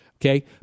Okay